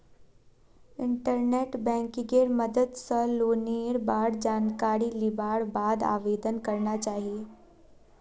internet बैंकिंगेर मदद स लोनेर बार जानकारी लिबार बाद आवेदन करना चाहिए